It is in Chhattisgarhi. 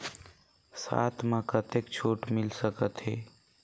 साथ म कतेक छूट मिल सकथे?